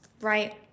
right